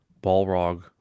Balrog